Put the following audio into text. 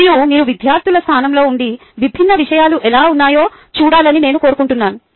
మరియు మీరు విద్యార్థుల స్థానంలో ఉండి విభిన్న విషయాలు ఎలా ఉన్నాయో చూడాలని నేను కోరుకుంటున్నాను